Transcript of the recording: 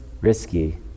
risky